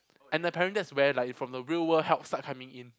and apparently that's where like from the real world help start coming in